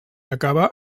acaba